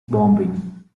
bombing